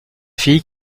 fille